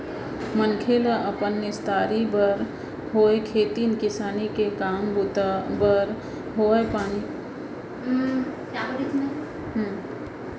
मनखे ल अपन निस्तारी बर होय खेती किसानी के काम बूता बर होवय पानी के जरुरत तो पड़बे करथे